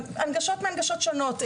הנגשות מהנגשות שונות.